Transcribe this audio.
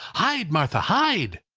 hide, martha, hide!